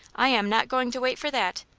i am not going to wait for that.